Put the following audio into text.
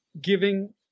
giving